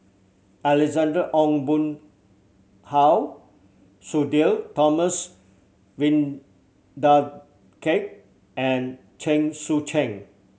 Ong Boon Hau Sudhir Thomas Vadaketh and Chen Sucheng